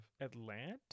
Atlanta